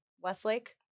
Westlake